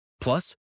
Plus